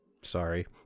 sorry